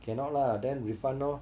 cannot lah then refund lor